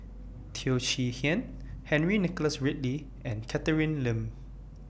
Teo Chee Hean Henry Nicholas Ridley and Catherine Lim